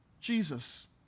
Jesus